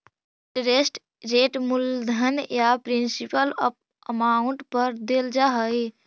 interest rate मूलधन या principal amount पर देल जा हई